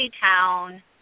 town